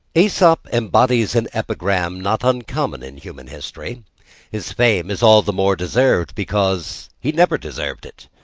aesop embodies an epigram not uncommon in human history his fame is all the more deserved because he never deserved it.